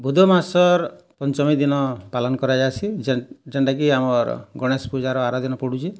ବୁଧେ ମାସର୍ ପଞ୍ଚମୀ ଦିନ ପାଳନ୍ କାରାଯାଇଶି ଯେଣ୍ଟା କି ଆମର୍ ଗଣେଶ୍ ପୂଜାର୍ ଆର ଦିନ ପଡ଼ୁଚି